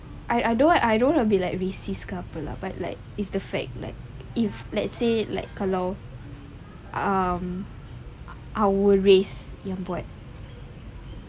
I I don't like I don't wanna be like racist ke apa lah but like is the fact like if let's say like kalau um our race yang buat